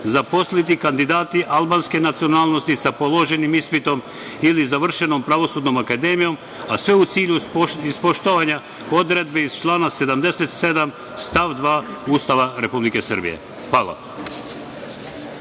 zaposliti kandidati albanske nacionalnosti za položenim ispitom ili završenom Pravosudnom akademijom, a sve u cilju poštovanja odredbi iz člana 77. stav 2. Ustava Republike Srbije? Hvala.